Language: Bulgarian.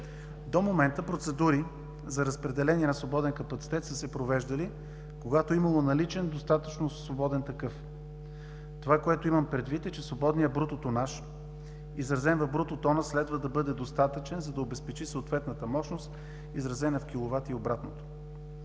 До момента процедури за разпределение на свободен капацитет са се провеждали, когато е имало наличен, достатъчно свободен такъв. Това, което имам предвид, е, че свободният брутотонаж, изразен в брутотона, следва да бъде достатъчен, за да обезпечи съответната мощност, изразена в киловати, и обратното.